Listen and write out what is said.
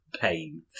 pain